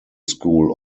school